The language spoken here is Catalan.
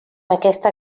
aquesta